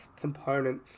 component